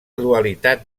dualitat